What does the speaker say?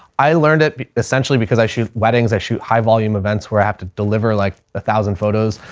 i learned it essentially because i shoot weddings, i shoot high volume events where i have to deliver like a thousand photos,